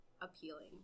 appealing